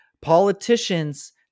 Politicians